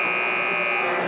and